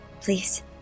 please